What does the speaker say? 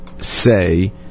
Say